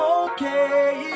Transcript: okay